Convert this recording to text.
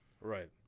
Right